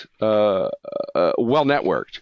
well-networked